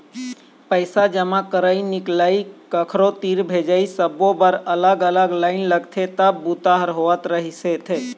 पइसा जमा करई, निकलई, कखरो तीर भेजई सब्बो बर अलग अलग लाईन लगथे तब बूता ह होवत रहिस हे